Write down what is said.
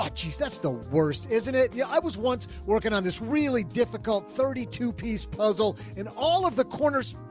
ah oh, geez. that's the worst. isn't it? yeah. i was once working on this really difficult thirty two piece puzzle in all of the corners.